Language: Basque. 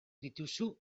dituzu